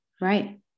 Right